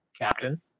Captain